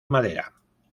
madera